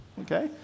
Okay